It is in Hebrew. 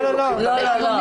לא, לא.